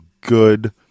good